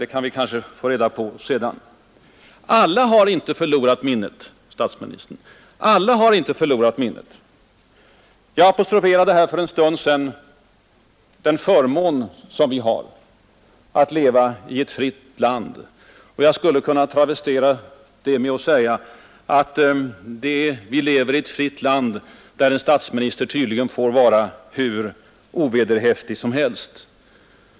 Det kan vi kanske få reda på senare. Alla har inte förlorat minnet, statsministern! Jag apostroferade här för en stund sedan den förmån som vi har att leva i ett fritt land, och jag skulle kunna travestera det med att säga att vi lever i ett fritt land där en statsminister tydligen får vara hur ovederhäftig som helst.